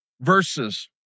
verses